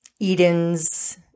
Eden's